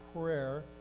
prayer